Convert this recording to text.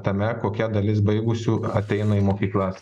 tame kokia dalis baigusių ateina į mokyklas